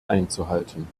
einzuhalten